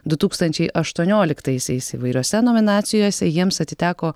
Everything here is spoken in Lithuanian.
du tūkstančiai aštuonioliktaisiais įvairiose nominacijose jiems atiteko